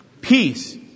peace